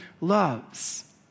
loves